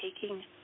taking